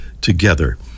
together